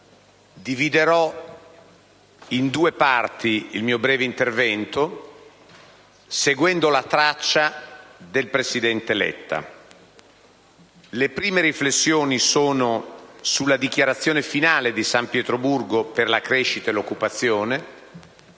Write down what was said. dividerò in due parti il mio breve intervento, seguendo la traccia dell'informativa del presidente Letta: le prime riflessioni sono sulla dichiarazione finale del Vertice di San Pietroburgo per la crescita e l'occupazione,